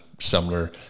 similar